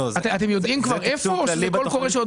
אתם יודעים כבר איפה או שזה קול קורא שעוד